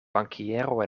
bankiero